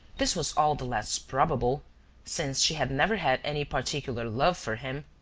this was all the less probable since she had never had any particular love for him.